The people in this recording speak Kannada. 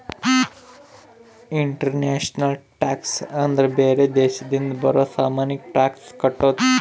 ಇಂಟರ್ನ್ಯಾಷನಲ್ ಟ್ಯಾಕ್ಸ್ ಅಂದ್ರ ಬೇರೆ ದೇಶದಿಂದ ಬರೋ ಸಾಮಾನಿಗೆ ಟ್ಯಾಕ್ಸ್ ಕಟ್ಟೋದು